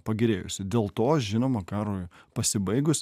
pagerėjusi dėl to žinoma karui pasibaigus